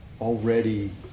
already